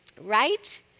right